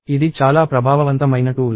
ఇది చాలా ప్రభావవంతమైన టూల్